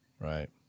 Right